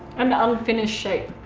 an unfinished shape.